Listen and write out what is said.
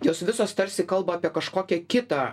jos visos tarsi kalba apie kažkokią kitą